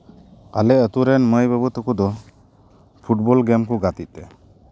ᱟᱞᱮ ᱟᱹᱛᱩᱨᱮᱱ ᱢᱟᱹᱭ ᱵᱟᱹᱵᱩ ᱛᱟᱠᱚ ᱫᱚ ᱯᱷᱩᱴᱵᱚᱞ ᱜᱮᱢ ᱠᱚ ᱜᱟᱛᱮᱜ ᱛᱮ